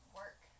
work